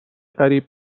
قریب